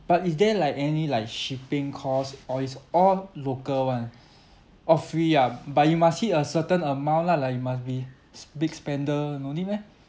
but is there like any like shipping costs or it's all local [one] oh free ah but you must hit a certain amount lah like you must be s~ big spender no need meh